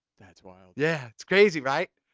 that's wild. yeah! it's crazy, right?